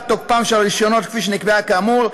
תוקפם של הרישיונות כפי שנקבעה כאמור,